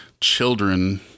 children